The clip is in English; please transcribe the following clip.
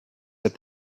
that